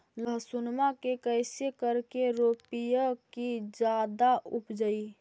लहसूनमा के कैसे करके रोपीय की जादा उपजई?